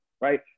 right